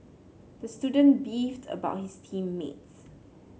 the student beefed about his team mates